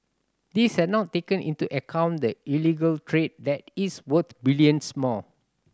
this has not taken into account the illegal trade that is worth billions more